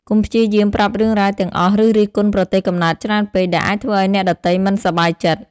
កុំព្យាយាមប្រាប់រឿងរ៉ាវទាំងអស់ ឬរិះគន់ប្រទេសកំណើតច្រើនពេក ដែលអាចធ្វើឱ្យអ្នកដទៃមិនសប្បាយចិត្ត។